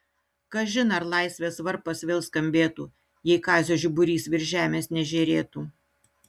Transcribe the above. kažin ar laisvės varpas vėl skambėtų jei kazio žiburys virš žemės nežėrėtų